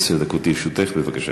עשר דקות לרשותך, בבקשה.